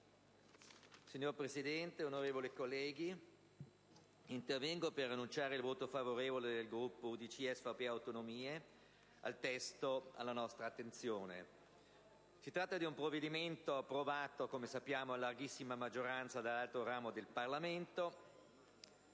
Signor Presidente, onorevoli colleghi, intervengo per annunciare il voto favorevole del Gruppo dell'UDC-SVP e Autonomie sul testo alla nostra attenzione. Si tratta di un provvedimento approvato a larghissima maggioranza dall'altro ramo del Parlamento